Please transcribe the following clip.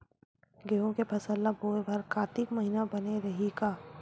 गेहूं के फसल ल बोय बर कातिक महिना बने रहि का?